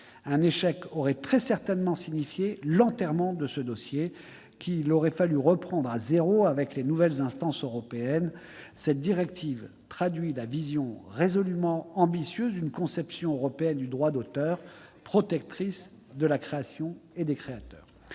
Un échec aurait très certainement signifié l'enterrement d'un dossier qu'il aurait fallu reprendre à zéro avec les nouvelles instances européennes. Cette directive traduit la vision résolument ambitieuse d'une conception européenne du droit d'auteur, protectrice de la création et des créateurs.